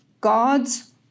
God's